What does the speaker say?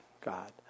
God